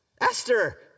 Esther